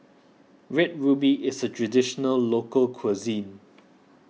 Red Ruby is a Traditional Local Cuisine